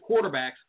quarterbacks